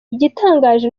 igitangaje